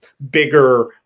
bigger